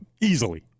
easily